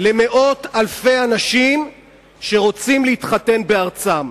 למאות אלפי אנשים שרוצים להתחתן בארצם.